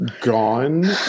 gone